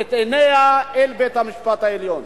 את עיניה, אל בית-המשפט העליון.